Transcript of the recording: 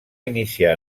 iniciar